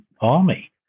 Army